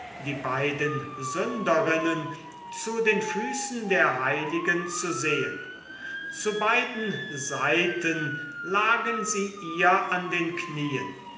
die beiden sünderinnen zu den füßen der heiligen zu sehen zu beiden seiten lagen sie ihr an den knieen